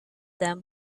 them